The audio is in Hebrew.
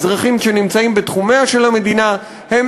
האזרחים שנמצאים בתחומיה של המדינה הם